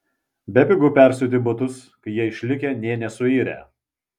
bepigu persiūti batus kai jie išlikę nė nesuirę